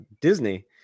Disney